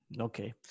okay